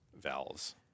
valves